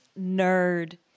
Nerd